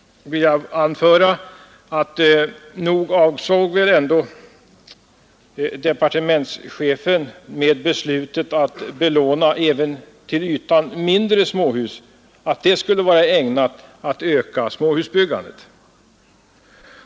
För nog avsåg väl ändå departementschefen med beslutet att medge lån även för till ytan mindre småhus, att detta skulle vara ägnat att öka småhusbyggandet?